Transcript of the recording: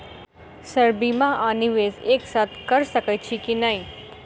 Sir बीमा आ निवेश एक साथ करऽ सकै छी की न ई?